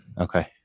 Okay